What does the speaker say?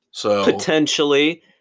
Potentially